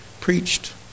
preached